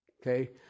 Okay